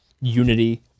unity